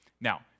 Now